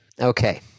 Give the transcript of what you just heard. Okay